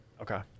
Okay